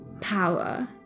power